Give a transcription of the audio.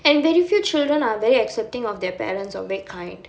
and very few children are very accepting of their parents or very kind